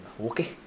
Okay